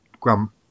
grump